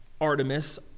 Artemis